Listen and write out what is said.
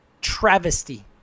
travesty